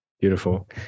beautiful